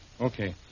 Okay